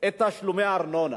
את תשלומי הארנונה.